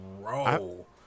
bro